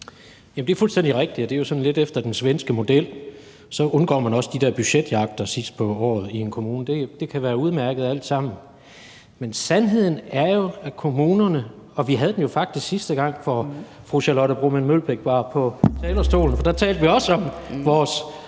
(KD): Det er fuldstændig rigtigt, og det er jo lidt efter den svenske model. Så undgår man også de der budgetjagter sidst på året i en kommune. Det kan være udmærket, alt sammen. Men sandheden er jo, at vi – og vi havde den jo faktisk, sidste gang fru Charlotte Broman Mølbæk var på talerstolen, for der talte vi også om vores